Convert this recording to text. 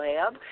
Lab